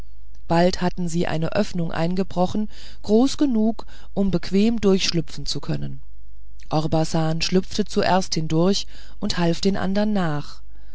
bald hatten sie eine öffnung eingebrochen groß genug um bequem durchschlüpfen zu können orbasan schlüpfte zuerst durch und half den andern nach